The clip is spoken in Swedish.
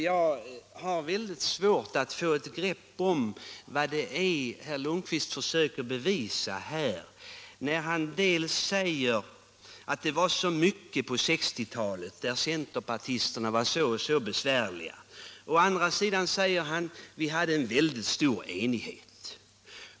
Jag har mycket svårt att få ett grepp om vad herr Lundkvist försöker komma fram till när han dels säger att centerpartisterna var så besvärliga på 1960-talet, dels menar att vi då hade en mycket stor enighet.